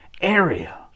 area